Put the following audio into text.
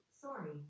Sorry